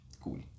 Cool